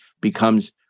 becomes